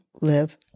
live